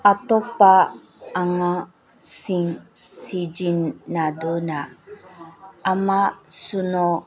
ꯑꯇꯣꯞꯄ ꯑꯉꯥꯡꯁꯤꯡ ꯁꯤꯖꯤꯟꯅꯗꯨꯅ ꯑꯃ ꯁꯤꯅꯣ